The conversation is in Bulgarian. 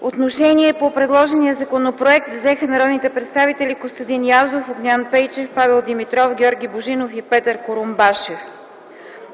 Отношение по предложения законопроект взеха народните представители Костадин Язов, Огнян Пейчев, Павел Димитров, Георги Божинов и Петър Курумбашев.